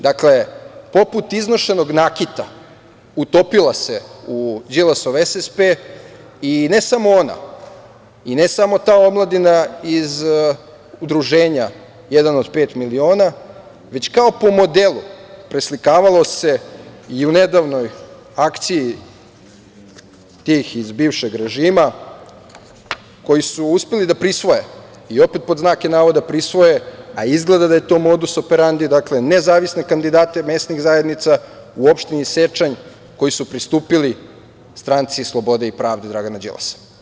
Dakle, poput iznošenog nakita utopila se u Đilasov SSP, i ne samo ona i ne samo ta omladina iz udruženja „Jedan od pet miliona“, već kao po modelu preslikavalo se i u nedavnoj akciji tih iz bivšeg režima, koji su uspeli da prisvoje, i opet pod znacima navoda, prisvoje, a izgleda da je to modus operandi, nezavisne kandidate mesnih zajednica u opštini Sečanj koji su pristupili Stranci slobode i pravde Dragana Đilasa.